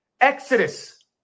Exodus